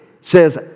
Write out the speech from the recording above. says